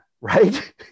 right